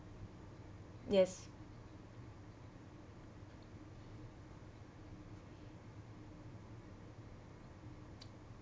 yes